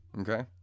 Okay